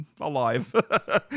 alive